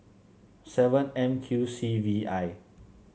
seven M Q C V I